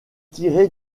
tiré